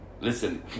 Listen